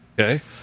okay